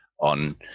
on